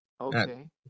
Okay